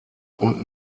und